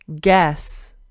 guess